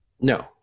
No